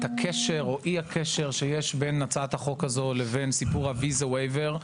הקשר או אי הקשר שיש בין הצעת החוק הזו לוויזה וייבר.